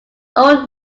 old